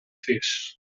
vis